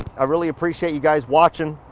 i really appreciate you guys watching.